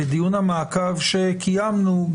בדיון המעקב שקיימנו,